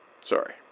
Sorry